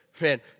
man